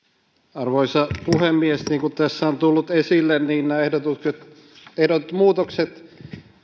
arvoisa puhemies niin kuin tässä on tullut esille nämä ehdotetut muutokset